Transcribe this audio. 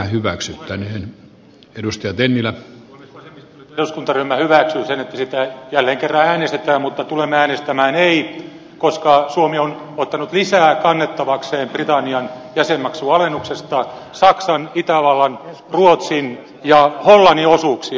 vasemmistoliiton eduskuntaryhmä hyväksyy sen että siitä jälleen kerran äänestetään mutta tulemme äänestämään ei koska suomi on ottanut lisää kannettavakseen britannian jäsenmaksualennuksesta saksan itävallan ruotsin ja hollannin osuuksia